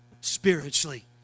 spiritually